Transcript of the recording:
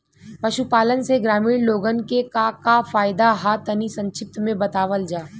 पशुपालन से ग्रामीण लोगन के का का फायदा ह तनि संक्षिप्त में बतावल जा?